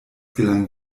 gelang